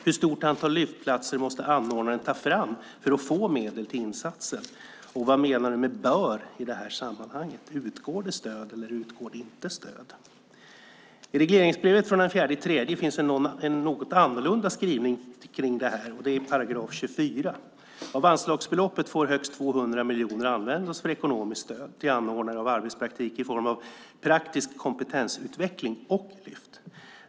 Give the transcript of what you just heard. Hur stort antal Lyftplatser måste anordnaren ta fram för att få medel till insatsen? Och vad menas med "bör" i sammanhanget? Utgår stöd eller utgår inte stöd? I regleringsbrevet från den 4 mars finns det en något annorlunda skrivning - det gäller 24 §: Av anslagsbeloppet får högst 200 miljoner användas för ekonomiskt stöd till anordnare av arbetspraktik i form av praktisk kompetensutveckling och Lyft.